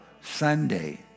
Sunday